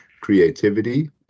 creativity